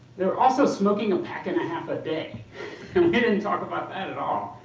they were also smoking a pack-and-a-half a day, and we didn't talk about that at all.